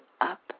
up